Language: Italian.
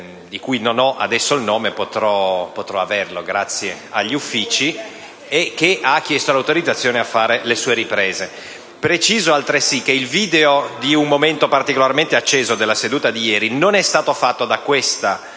di cui non ho adesso il nome ma potrò fornirlo grazie agli Uffici - che ha chiesto l'autorizzazione a fare le sue riprese. Preciso altresì che il video di un momento particolarmente acceso della seduta di ieri non è stato prodotto da questo